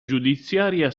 giudiziaria